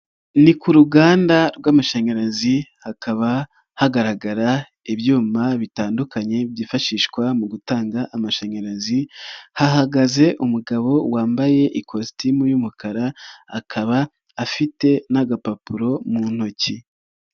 Ni ku ruganda rw'amashanyarazi hakaba hagaragara ibyuma bitandukanye byifashishwa mu gutanga amashanyarazi hahagaze umugabo wambaye ikositimu y'umukara akaba afite n'agapapuro mu ntoki.